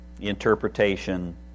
interpretation